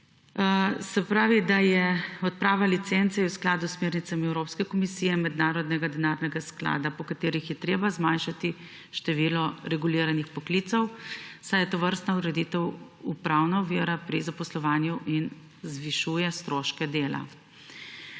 Se pravi, da je odprava licence v skladu s smernicami Evropske komisije, Mednarodnega denarnega sklada, po katerih je treba zmanjšati število reguliranih poklicev, saj je tovrstna ureditev upravna ovira pri zaposlovanju in zvišuje stroške dela.